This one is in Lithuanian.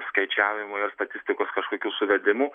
skaičiavimo ir statistikos kažkokių suvedimų